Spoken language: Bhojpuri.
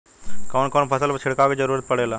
कवन कवन फसल पर छिड़काव के जरूरत पड़ेला?